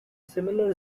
similar